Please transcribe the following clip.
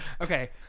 Okay